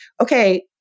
Okay